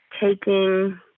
taking